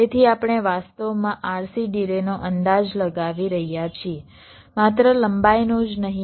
તેથી આપણે વાસ્તવમાં RC ડિલેનો અંદાજ લગાવી રહ્યા છીએ માત્ર લંબાઈનો જ નહીં